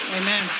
Amen